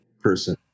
person